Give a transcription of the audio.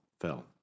fell